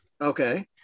Okay